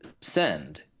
send